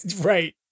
Right